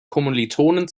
kommilitonen